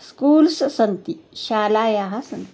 schools सन्ति शालाः सन्ति